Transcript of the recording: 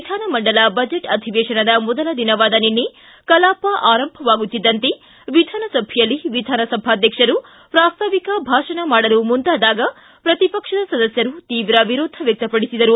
ವಿಧಾನಮಂಡಲ ಬಜೆಟ್ ಅಧಿವೇಶನದ ಮೊದಲ ದಿನವಾದ ನಿನ್ನೆ ಕಲಾಪ ಆರಂಭವಾಗುತ್ತಿದ್ದಂತೆ ವಿಧಾನಸಭೆಯಲ್ಲಿ ವಿಧಾನಸಭಾಧ್ಯಕ್ಷ ವಿಶ್ವೇಶ್ವರ ಹೆಗಡೆ ಕಾಗೇರಿ ಪ್ರಾಸ್ತಾವಿಕ ಭಾಷಣ ಮಾಡಲು ಮುಂದಾದಾಗ ಪ್ರತಿಪಕ್ಷದ ಸದಸ್ಕರು ತೀವ್ರ ವಿರೋಧ ವ್ವಕ್ತಪಡಿಸಿದರು